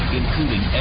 including